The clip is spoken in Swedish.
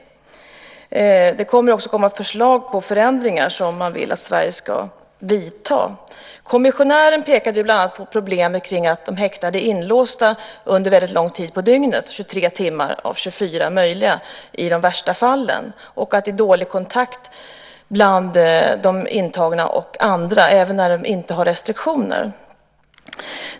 Det kommer också att komma förslag till förändringar som man vill att Sverige ska göra. Kommissionären pekade bland annat på problemet med att de häktade är inlåsta under väldigt lång tid av dygnet - 23 timmar av 24 möjliga i de värsta fallen - och att det är dålig kontakt bland de intagna och andra, även när de inte har restriktioner.